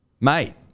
mate